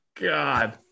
God